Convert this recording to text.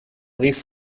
least